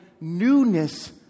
newness